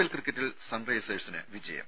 L ക്രിക്കറ്റിൽ sun റൈസേഴ്സിന് വിജയം